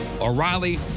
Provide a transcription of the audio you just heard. O'Reilly